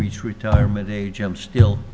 reach retirement age i'm still